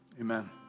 amen